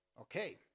Okay